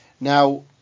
Now